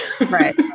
Right